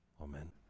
Amen